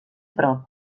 prop